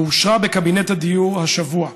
ואושרה בקבינט הדיור השבוע,